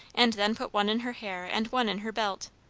and then put one in her hair and one in her belt.